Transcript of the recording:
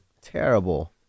Terrible